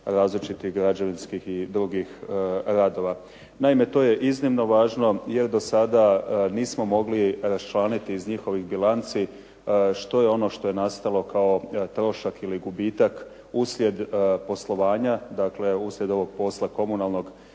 različitih građevinskih i drugih radova. Naime, to je iznimno važno jer do sada nismo mogli raščlaniti iz njihovih bilanci što je ono što je nastalo kao trošak ili gubitak uslijed poslovanja, dakle uslijed ovog posla komunalnog